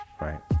right